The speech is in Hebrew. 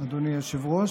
אדוני היושב-ראש.